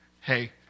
Hey